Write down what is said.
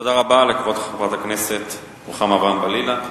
תודה רבה לכבוד חברת הכנסת רוחמה אברהם-בלילא.